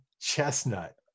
chestnut